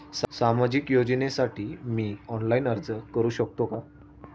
सामाजिक योजनेसाठी मी ऑनलाइन अर्ज करू शकतो का?